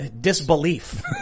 disbelief